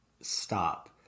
stop